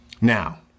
Now